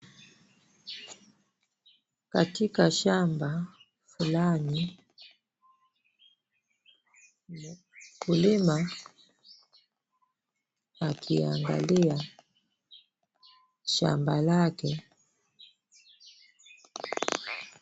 Katika shamba fulani mkulima akiangalia shamba lake.